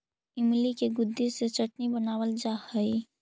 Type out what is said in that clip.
इमली के गुदे से चटनी बनावाल जा हई